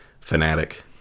fanatic